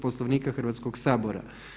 Poslovnika Hrvatskog sabora.